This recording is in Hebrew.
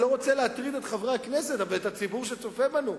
אני לא רוצה להטריד את חברי הכנסת ואת הציבור שצופה בנו,